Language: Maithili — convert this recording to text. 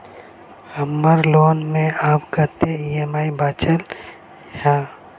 हम्मर लोन मे आब कैत ई.एम.आई बचल ह?